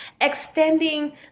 Extending